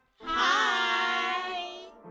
Hi